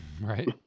Right